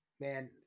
man